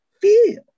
feel